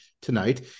tonight